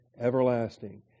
everlasting